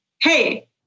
hey